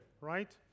right